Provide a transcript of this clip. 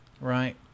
Right